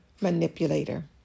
manipulator